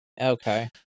Okay